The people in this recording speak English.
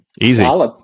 Easy